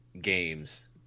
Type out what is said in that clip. games